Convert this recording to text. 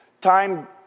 time